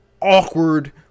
awkward